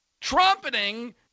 trumpeting